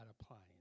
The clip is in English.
applying